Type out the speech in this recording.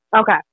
Okay